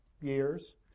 years